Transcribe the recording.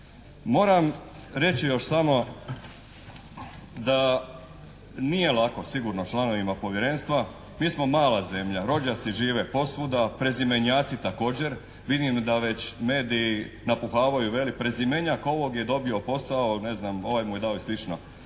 Moram reći još samo da nije lako sigurno članovima povjerenstva. Mi smo mala zemlja, rođaci žive posvuda, prezimenjaci također. Vidim da već mediji napuhavaju, veli prezimenjak ovog je dobio posao, neznam ovaj mu je dao i sl.